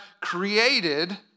created